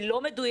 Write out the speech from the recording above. היא לא מדויקת,